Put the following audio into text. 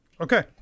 Okay